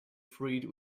freed